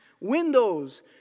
windows